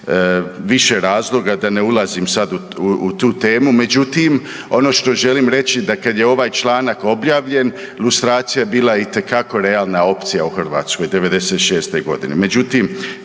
više razloga, da ne ulazim sad u tu temu, međutim, ono što želim reći da kad je ovaj članak objavljen, lustracija je bila itekako realna opcija u Hrvatskoj '96. g.